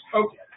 okay